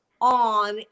on